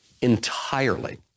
entirely